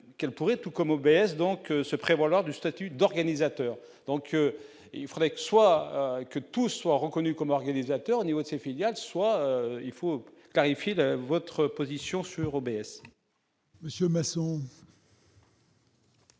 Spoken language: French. qu'pourrait tout comme obèse donc se prévaloir du statut d'organisateur, donc il faudrait que soit que tout soit reconnu comme organisateur, niveau de ses filiales, soit il faut clarifier votre position sur l'Euro baisse. Monsieur Masson.